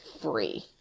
free